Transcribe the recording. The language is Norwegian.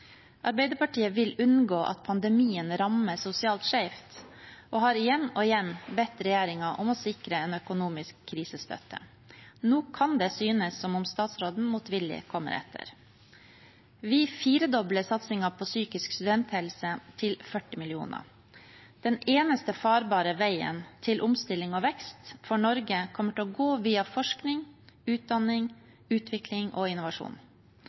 Arbeiderpartiet vil unngå at pandemien rammer sosialt skjevt og har igjen og igjen bedt regjeringen om å sikre en økonomisk krisestøtte. Nå kan det synes som om statsråden motvillig kommer etter. Vi firedobler satsingen på psykisk studenthelse, til 40 mill. kr. Den eneste farbare veien til omstilling og vekst for Norge kommer til å gå via forskning, utdanning, utvikling og innovasjon.